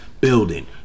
building